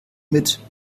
mit